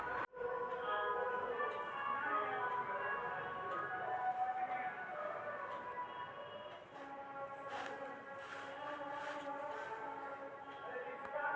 बड़ो बड़ो मंत्री सिनी फरौड करी के फंसी जाय छै